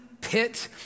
pit